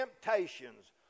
temptations